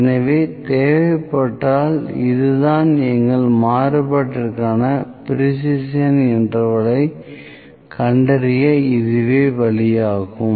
எனவே தேவைப்பட்டால் இதுதான் எங்கள் மாறுபாட்டிற்கான ப்ரேஸிஸன் இன்டெர்வல் ஐ கண்டறிய இதுவே வழி ஆகும்